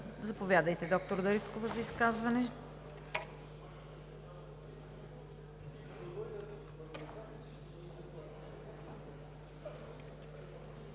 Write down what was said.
Заповядайте, доктор Дариткова, за изказване.